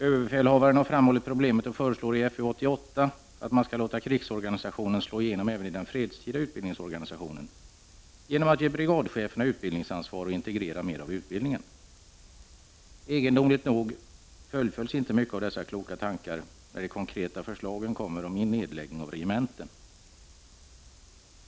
Överbefälhavaren har framhållit problemet och föreslår i FU88 att man skall låta krigsorganisationen slå igenom även i den fredstida utbildningsorganisationen, genom att ge brigadcheferna utbildningsansvar och integrera mera av utbildningen. Egendomligt nog fullföljs inte mycket av dessa kloka tankar när de konkreta förslagen kommer om nedläggning av regementen.